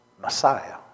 Messiah